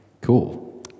Cool